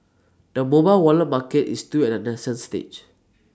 the mobile wallet market is still at A nascent stage